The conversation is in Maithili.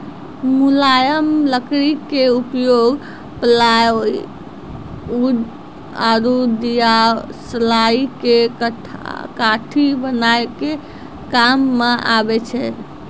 मुलायम लकड़ी के उपयोग प्लायउड आरो दियासलाई के काठी बनाय के काम मॅ आबै छै